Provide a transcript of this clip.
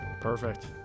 Perfect